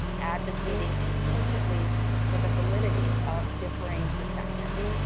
advocating implicitly for the validity of differing perspectives.